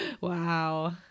Wow